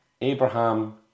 Abraham